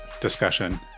discussion